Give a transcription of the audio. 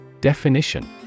Definition